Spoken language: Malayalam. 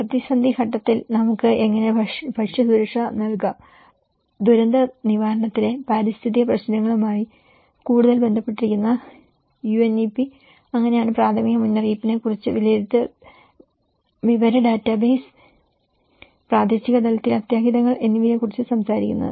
പ്രതിസന്ധി ഘട്ടത്തിൽ നമുക്ക് എങ്ങനെ ഭക്ഷ്യസുരക്ഷ നൽകാം ദുരന്തനിവാരണത്തിലെ പാരിസ്ഥിതിക പ്രശ്നങ്ങളുമായി കൂടുതൽ ബന്ധപ്പെട്ടിരിക്കുന്ന UNEP അങ്ങനെയാണ് പ്രാഥമിക മുന്നറിയിപ്പിനെ കുറിച്ച് വിലയിരുത്തൽ വിവര ഡാറ്റാബേസ് പ്രാദേശിക തലത്തിൽ അത്യാഹിതങ്ങൾ എന്നിവയെക്കുറിച്ച് സംസാരിക്കുന്നത്